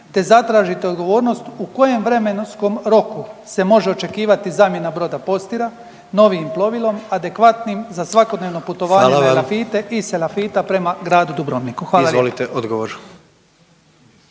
te zatražite odgovornost u kojem vremenskom roku se može očekivati zamjena broda Postira novijim plovilom, adekvatnim za svakodnevno putovanje u Elafite …/Upadica predsjednik: Hvala vam./…